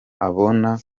abona